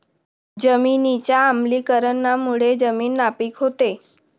जमिनीच्या आम्लीकरणामुळे जमीन नापीक होते